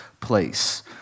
place